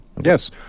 Yes